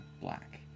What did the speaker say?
black